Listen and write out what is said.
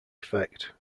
effect